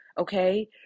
okay